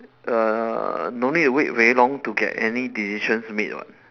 err no need to wait very long to get any decisions made [what]